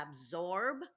absorb